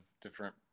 different